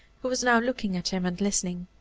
who was now looking at him and listening.